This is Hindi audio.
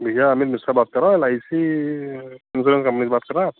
भैया अमित मिश्रा बात कर रहा हूँ L I C insurance company से बात कर रहे हैं आप